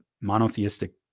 monotheistic